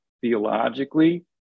theologically